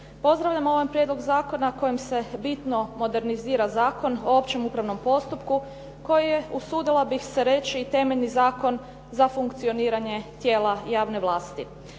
pozdravljam ovaj prijedlog zakona kojim se bitno modernizira Zakon o općem upravnom postupku koji je usudila bih se reći i temeljni zakon za funkcioniranje tijela javne vlasti.